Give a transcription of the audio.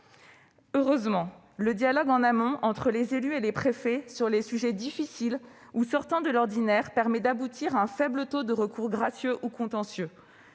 Heureusement, le dialogue en amont entre les élus et les préfets sur les sujets difficiles ou qui sortent de l'ordinaire permet d'aboutir à un faible taux de recours gracieux ou contentieux.